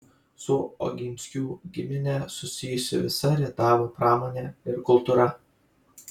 su oginskių gimine susijusi visa rietavo pramonė ir kultūra